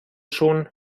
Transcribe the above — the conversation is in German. schon